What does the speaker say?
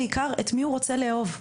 את מי הוא רוצה לאהוב.